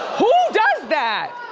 who does that!